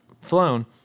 flown